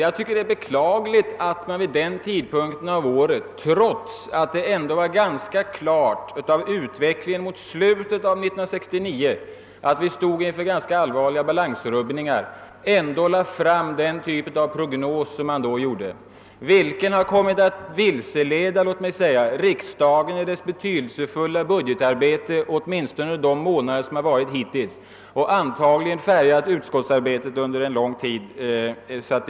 Jag tycker det är beklagligt ait man vid den tiden på året — trots att det ändå var rätt klart av utvecklingen mot slutet av 1969 att vi stod inför ganska allvarliga balansrubbningar — ändå lade fram denna typ av prognos. Den har kommit att vilseleda riksdagen i dess betydelsefulla budgetarbete åtminstone under månaderna hittills i år, och har antagligen påverkat utskottsarbetet för en lång tid framöver.